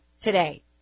today